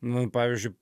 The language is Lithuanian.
nu pavyzdžiui